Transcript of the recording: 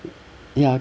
ya